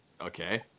Okay